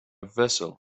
vessel